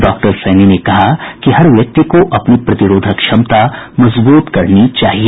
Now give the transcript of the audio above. doctor Saini ने कहा कि हर व्यक्ति को अपनी प्रतिरोधक क्षमता मजबूत करनी चाहिए